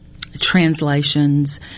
translations